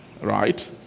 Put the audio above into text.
Right